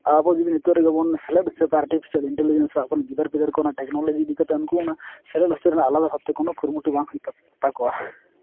ᱟᱵᱚ ᱡᱩᱫᱤ ᱱᱤᱛᱚᱜ ᱨᱮᱜᱮ ᱵᱚᱱ ᱥᱮᱞᱮᱫ ᱦᱚᱪᱚ ᱠᱟᱜᱼᱟ ᱴᱷᱤᱠ ᱥᱟᱺᱦᱤᱡ ᱤᱱᱴᱞᱤᱡᱤᱭᱮᱱᱥ ᱥᱮ ᱟᱵᱚ ᱨᱮᱱ ᱜᱤᱫᱟᱹᱨᱼᱯᱤᱫᱟᱹᱨ ᱠᱚ ᱴᱮᱠᱱᱚᱞᱚᱡᱤ ᱤᱫᱤ ᱠᱟᱛᱮᱜ ᱩᱱᱠᱩ ᱚᱱᱟ ᱥᱮᱞᱮᱫ ᱦᱚᱪᱚ ᱨᱮᱱᱟᱜ ᱟᱞᱟᱫᱟ ᱵᱷᱟᱵᱽ ᱛᱮ ᱠᱳᱱᱳ ᱠᱩᱨᱩᱢᱩᱴᱩ ᱵᱟᱝ ᱦᱩᱭᱩᱜ ᱛᱟᱠᱚᱣᱟ